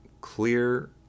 clear